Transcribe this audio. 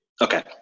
Okay